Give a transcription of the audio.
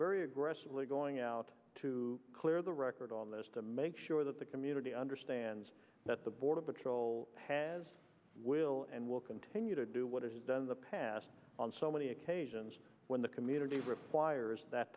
very aggressively going out to clear the record on this to make sure that the community understands that the border patrol has will and will continue to do what is done in the past on so many occasions when the community requires that